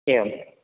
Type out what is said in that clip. एवम्